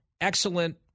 excellent